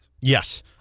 Yes